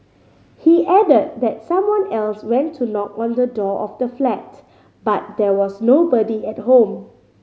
he added that someone else went to knock on the door of the flat but there was nobody at home